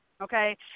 okay